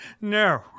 no